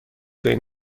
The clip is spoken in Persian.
بین